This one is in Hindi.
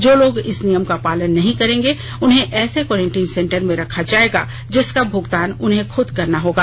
जो लोग इस नियम का पालन नहीं करेंगे उन्हें ऐसे कोरेंटीन सेंटर में रखा जायेगा जिसका भुगतान उन्हें खुद करना होगा